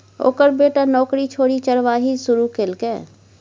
ओकर बेटा नौकरी छोड़ि चरवाही शुरू केलकै